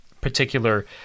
particular